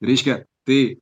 reiškia tai